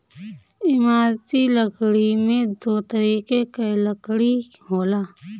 इमारती लकड़ी में दो तरीके कअ लकड़ी होला